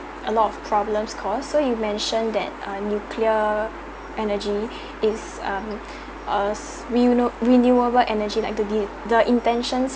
a lot of problems caused so you mentioned that uh nuclear energy is um a renew~ renewable energy like the intentions